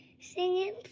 singing